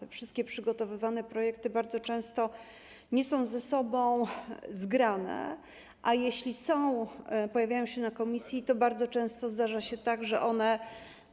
Te wszystkie przygotowywane projekty bardzo często nie są ze sobą zgrane, a jeśli są, pojawiają się na posiedzeniu komisji, to bardzo często zdarza się tak, że one